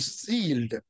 sealed